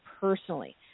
personally